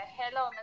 hello